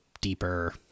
deeper